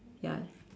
ya